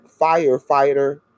firefighter